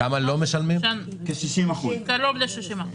וקרוב ל-60%